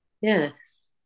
yes